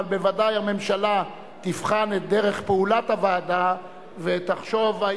אבל בוודאי הממשלה תבחן את דרך פעולת הוועדה ותחשוב אם